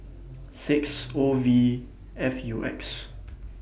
six O V F U X